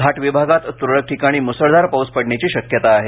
घाट विभागात तुरळक ठिकाणी मुसळधार पाऊस पडण्याची शक्यता आहे